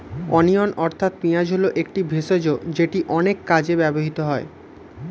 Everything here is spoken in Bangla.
অনিয়ন অর্থাৎ পেঁয়াজ হল একটি ভেষজ যেটি অনেক কাজে ব্যবহৃত হয়